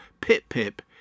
Pip-pip